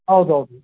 ಹೌದು ಹೌದು